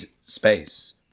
space